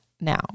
now